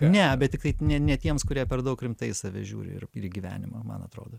ne bet tiktai ne tiems kurie per daug rimtai į save žiūri ir į gyvenimą man atrodo